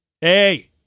Hey